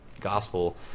gospel